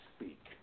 speak